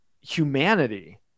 humanity